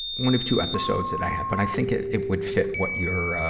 one of two episodes that i have. but i think it, it would fit what you're, ah,